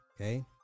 okay